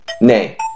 Nay